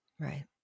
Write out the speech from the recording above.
Right